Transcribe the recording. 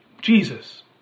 Jesus